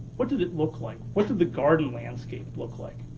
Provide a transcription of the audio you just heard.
what did it look like? what did the garden landscape look like?